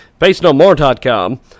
facenomore.com